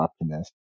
happiness